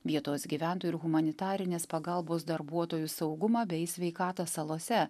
vietos gyventojų ir humanitarinės pagalbos darbuotojų saugumą bei sveikatą salose